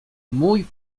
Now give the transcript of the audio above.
mój